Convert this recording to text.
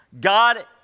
God